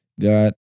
God